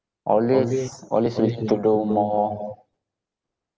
always always willing to do more